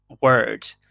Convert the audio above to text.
word